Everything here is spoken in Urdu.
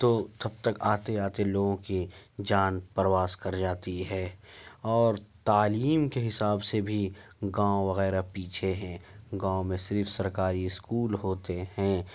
تو تب تک آتے آتے لوگوں کی جان پرواز کر جاتی ہے اور تعلیم کے حساب سے بھی گاؤں وغیرہ پیچھے ہیں گاؤں میں صرف سرکاری اسکول ہوتے ہیں